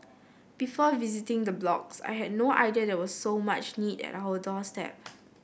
before visiting the blocks I had no idea there was so much need at our doorstep